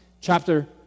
chapter